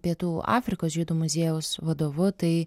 pietų afrikos žydų muziejaus vadovu tai